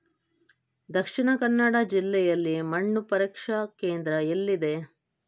ದಕ್ಷಿಣ ಕನ್ನಡ ಜಿಲ್ಲೆಯಲ್ಲಿ ಮಣ್ಣು ಪರೀಕ್ಷಾ ಕೇಂದ್ರ ಎಲ್ಲಿದೆ?